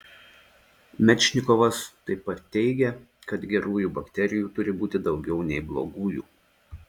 mečnikovas taip pat teigė kad gerųjų bakterijų turi būti daugiau nei blogųjų